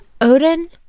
Odin